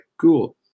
cool